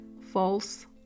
False